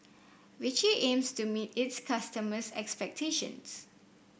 Vichy aims to meet its customers' expectations